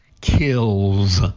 kills